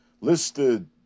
listed